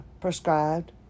prescribed